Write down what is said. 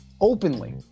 openly